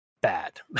bad